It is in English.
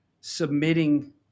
submitting